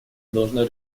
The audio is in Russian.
должно